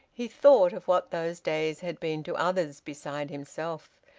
he thought of what those days had been to others beside himself.